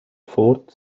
fourth